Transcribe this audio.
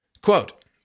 Quote